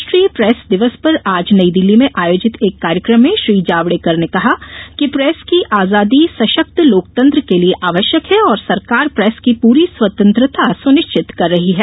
राष्ट्रीय प्रेस दिवस पर आज नई दिल्ली में आयोजित एक कार्यक्रम में श्री जावंडेकर ने कहा कि प्रेस की आजादी सशक्त लोकतंत्र के लिए आवश्यक है और सरकार प्रेस की पूरी स्वतंत्रता सुनिश्चित कर रही है